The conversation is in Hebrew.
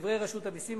לדברי רשות המסים,